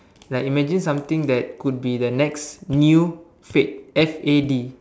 like imagine something that could be next new fad F A D